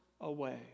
away